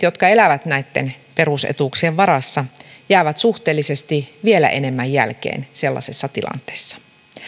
jotka elävät näitten perusetuuksien varassa jäävät suhteellisesti vielä enemmän jälkeen sellaisessa tilanteessa